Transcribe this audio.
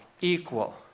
equal